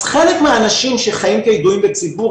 אז חלק מהאנשים שחיים כידועים בציבור,